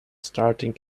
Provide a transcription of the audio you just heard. starting